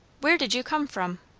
where did you come from?